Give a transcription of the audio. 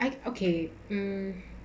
I okay um